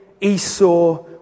Esau